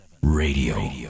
Radio